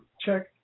check